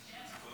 שכחת פה